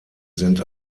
sind